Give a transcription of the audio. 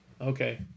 Okay